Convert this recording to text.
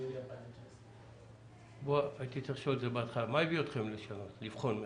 ביולי 2019. מה הביא אתכם לבחון מחדש?